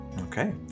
okay